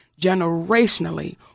generationally